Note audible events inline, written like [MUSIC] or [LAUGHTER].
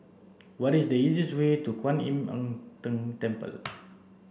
what is the easiest way to Kuan Im [UNINTELLIGIBLE] Tng Temple [NOISE]